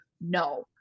no